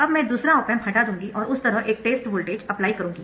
अब मैं दूसरा ऑप एम्प हटा दूंगी और उस तरह एक टेस्ट वोल्टेज अप्लाई करूंगी